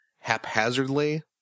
haphazardly